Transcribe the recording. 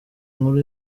nkuru